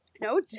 No